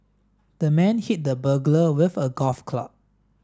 the man hit the burglar with a golf club